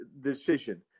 decision